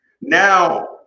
Now